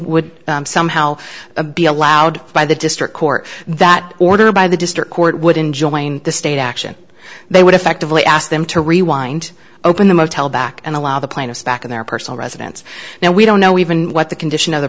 would somehow be allowed by the district court that order by the district court would enjoying the state action they would effectively ask them to rewind open the motel back and allow the plaintiffs back in their personal residence now we don't know even what the condition of the